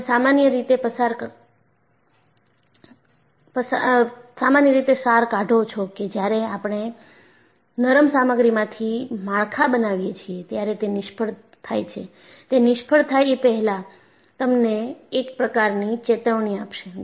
તમે સામાન્યરીતે રીતે સાર કાઢો છો કે જ્યારે આપણે નરમ સામગ્રીમાંથી માળખા બનાવીએ છીએ ત્યારે તે નિષ્ફળ થાય છે એ નિષ્ફળ થાય એ પહેલાં તમને એક પ્રકારની ચેતવણી આપશે